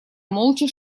молча